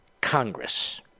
Congress